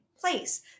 place